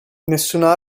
nessuna